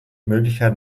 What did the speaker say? möglichkeit